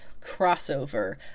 crossover